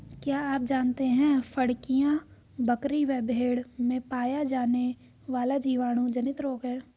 क्या आप जानते है फड़कियां, बकरी व भेड़ में पाया जाने वाला जीवाणु जनित रोग है?